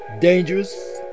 dangerous